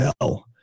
hell